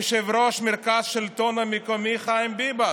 יושב-ראש מרכז השלטון המקומי חיים ביבס.